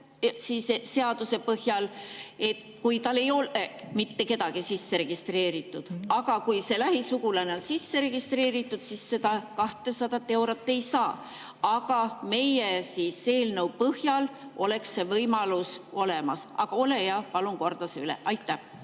seaduse põhjal, kui tal ei ole mitte kedagi sisse registreeritud. Kui see lähisugulane on sisse registreeritud, siis seda 200 eurot ei saa. Aga meie eelnõu põhjal oleks see võimalus olemas. Ole hea, palun korda see üle! Aitäh!